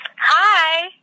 Hi